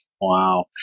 Wow